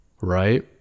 right